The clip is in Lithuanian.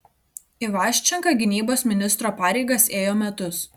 ivaščenka gynybos ministro pareigas ėjo metus